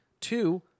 Two